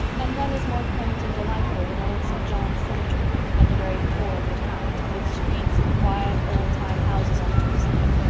and none is more quaint and delightful than old st. john's cemetery at the very core of the town, with streets of quiet, old-time houses on two sides,